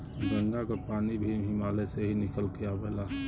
गंगा क पानी भी हिमालय से ही निकल के आवेला